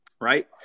right